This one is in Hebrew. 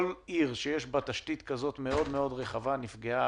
כל עיר שיש בה תשתית כזאת מאוד רחבה נפגעה